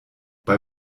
bei